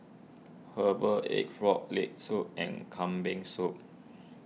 Herbal Egg Frog Leg Soup and Kambing Soup